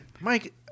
Mike